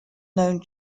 known